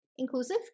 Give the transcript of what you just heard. Inclusive